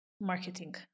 Marketing